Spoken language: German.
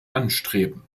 anstreben